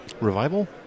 Revival